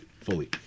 fully